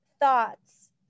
thoughts